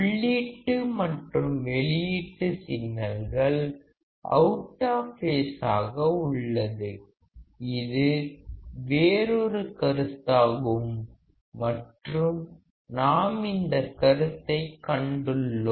உள்ளீட்டு மற்றும் வெளியீட்டு சிக்னல்கள் அவுட் ஆஃப் பேஸ் ஆக உள்ளது இது வேறொரு கருத்தாகும் மற்றும் நாம் இந்தக் கருத்தைக் கண்டுள்ளோம்